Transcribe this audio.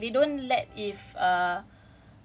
but the thing is they don't they don't let